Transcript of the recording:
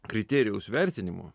kriterijaus vertinimo